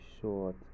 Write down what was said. short